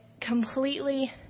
completely